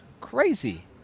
crazy